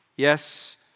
Yes